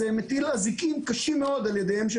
זה מטיל אזיקים קשים מאוד על ידיהם של